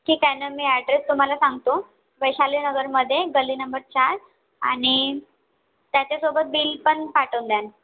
ठीक आहे ना मी ॲड्रेस तुम्हाला सांगतो वैशाली नगरमध्ये गल्ली नंबर चार आणि त्याच्यासोबत बिल पण पाठवून द्या